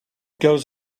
goes